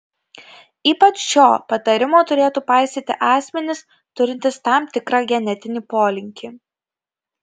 ypač šio patarimo turėtų paisyti asmenys turintys tam tikrą genetinį polinkį